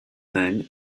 thing